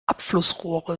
abflussrohre